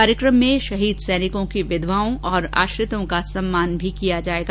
कार्यक्रम में शहीद सैनिकों की विधवाओं और आश्रितों का भी सम्मान किया जायेगा